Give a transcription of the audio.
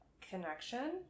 connection